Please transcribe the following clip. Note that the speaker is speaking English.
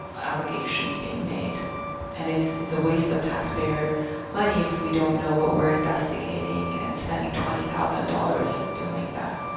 allegations being made and it's it's a waste of taxpayer money if we don't know what we're investigating and spending twenty thousand dollars doing that